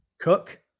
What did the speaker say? Cook